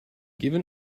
given